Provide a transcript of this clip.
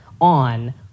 on